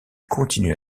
continue